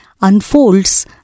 unfolds